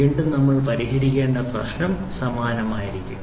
വീണ്ടും നമ്മൾ പരിഹരിക്കേണ്ട പ്രശ്നം സമാനമായിരിക്കും